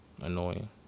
annoying